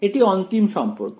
এটি অন্তিম সম্পর্ক